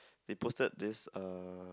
they posted this uh